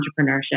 entrepreneurship